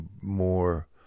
more